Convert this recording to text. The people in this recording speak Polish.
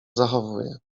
zachowuje